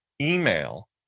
email